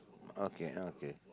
okay okay